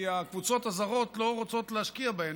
כי הקבוצות הזרות לא רוצות להשקיע בהם.